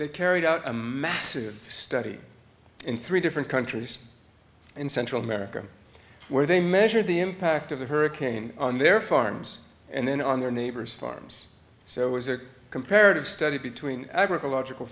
they carried out a massive study in three different countries in central america where they measured the impact of the hurricane on their farms and then on their neighbors farms so it was a comparative study between a logical